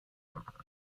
them